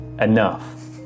enough